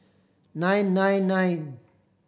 nine nine nine